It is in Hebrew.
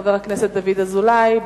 חבר הכנסת דוד אזולאי.